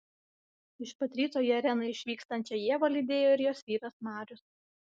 iš pat ryto į areną išvykstančią ievą lydėjo ir jos vyras marius